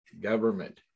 government